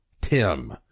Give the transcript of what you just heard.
Tim